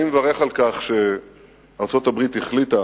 אני מברך על כך שארצות-הברית החליטה